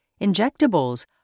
injectables